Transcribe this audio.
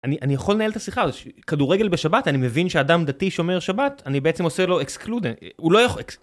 אני יכול לנהל את השיחה, אז כדורגל בשבת, אני מבין שאדם דתי שומר שבת, אני בעצם עושה לו excluded.